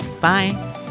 Bye